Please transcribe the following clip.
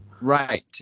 Right